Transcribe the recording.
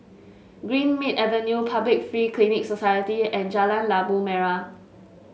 Greenmead Avenue Public Free Clinic Society and Jalan Labu Merah